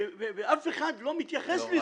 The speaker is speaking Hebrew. ואף אחד לא מתייחס לזה.